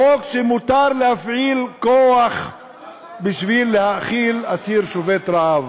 בחוק שמותר להפעיל כוח בשביל להאכיל אסיר שובת רעב.